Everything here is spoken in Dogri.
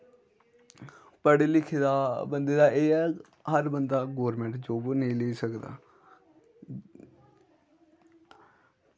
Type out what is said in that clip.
पढ़े लिखे दे बंदे दा एह् ऐ हर बंदा गौरमैंट जॉब नेईं लेई सकदा